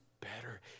better